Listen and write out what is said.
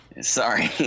Sorry